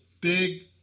big